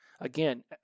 Again